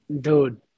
dude